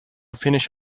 finish